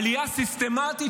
עלייה סיסטמטית,